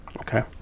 Okay